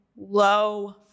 low